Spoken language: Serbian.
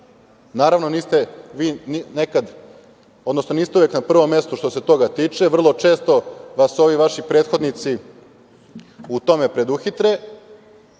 Naravno, niste uvek vi na prvom mestu što se toga tiče, vrlo često vas ovi vaši prethodnici u tome preduhitre.